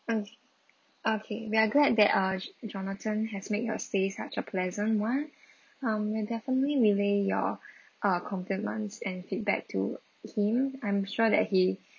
okay okay we are glad that uh jonathan has made your stay such a pleasant one um we'll definitely relay your uh compliments and feedback to him I'm sure that he